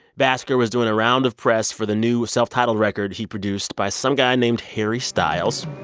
bhasker was doing a round of press for the new self-titled record he produced by some guy named harry styles.